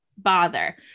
bother